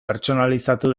pertsonalizatu